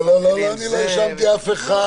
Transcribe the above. לא האשמתי אף אחד.